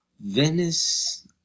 Venice